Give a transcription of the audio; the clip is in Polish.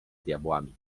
diabłami